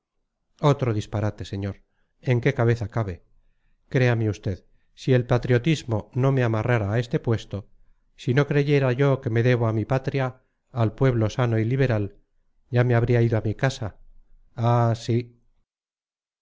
otro disparate señor en qué cabeza cabe créame usted si el patriotismo no me amarrara a este puesto si no creyera yo que me debo a mi patria al pueblo sano y liberal ya me habría ido a mi casa ah sí